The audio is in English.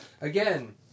Again